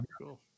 cool